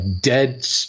dead